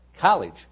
college